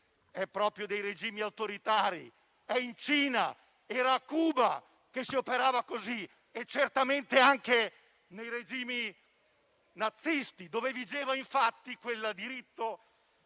è proprio dei regimi autoritari; è in Cina ed era a Cuba che si operava così e certamente anche nei regimi nazisti, dove vigeva infatti quel diritto penale